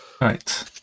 Right